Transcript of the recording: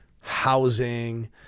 housing